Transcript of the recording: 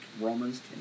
Romans